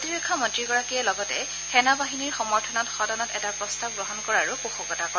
প্ৰতিৰক্ষা মন্ত্ৰীগৰাকীয়ে লগতে সেনা বাহিনীৰ সমৰ্থনত সদনত এটা প্ৰস্তাৱ গ্ৰহণ কৰাৰো পোষকতা কৰে